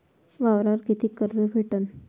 वावरावर कितीक कर्ज भेटन?